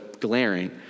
glaring